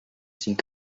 cinc